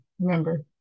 Remember